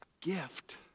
gift